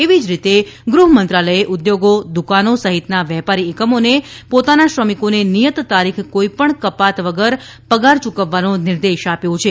એવીજ રીતે ગૃહમંત્રાલયે ઉદ્યોગો દુકાનો સહિતના વેપારી એકમોને પોતાના શ્રમિકોને નિયત તારીખ કોઇપણ કપાત વગર પગાર ચૂકવવાનો નિર્દેશ આપ્યો છે